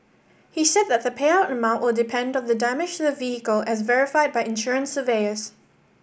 he said that the payout amount will depend of the damage the vehicle as verified by insurance surveyors